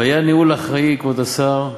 והיה ניהול אחראי, כבוד השר,